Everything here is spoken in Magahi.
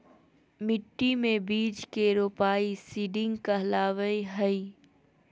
मिट्टी मे बीज के रोपाई सीडिंग कहलावय हय